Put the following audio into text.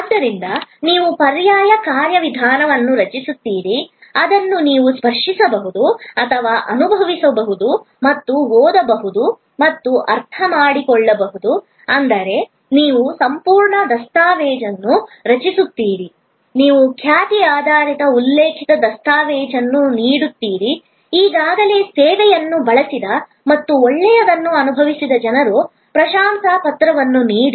ಆದ್ದರಿಂದ ನೀವು ಪರ್ಯಾಯ ಕಾರ್ಯವಿಧಾನವನ್ನು ರಚಿಸುತ್ತೀರಿ ಅದನ್ನು ನೀವು ಸ್ಪರ್ಶಿಸಬಹುದು ಮತ್ತು ಅನುಭವಿಸಬಹುದು ಮತ್ತು ಓದಬಹುದು ಮತ್ತು ಅರ್ಥಮಾಡಿಕೊಳ್ಳಬಹುದು ಎಂದರೆ ನೀವು ಸಂಪೂರ್ಣ ದಸ್ತಾವೇಜನ್ನು ರಚಿಸುತ್ತೀರಿ ನೀವು ಖ್ಯಾತಿ ಆಧಾರಿತ ಉಲ್ಲೇಖಿತ ದಸ್ತಾವೇಜನ್ನು ನೀಡುತ್ತೀರಿ ಈಗಾಗಲೇ ಸೇವೆಯನ್ನು ಬಳಸಿದ ಮತ್ತು ಒಳ್ಳೆಯದನ್ನು ಅನುಭವಿಸಿದ ಜನರ ಪ್ರಶಂಸಾಪತ್ರವನ್ನು ನೀಡಿ